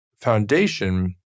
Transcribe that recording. foundation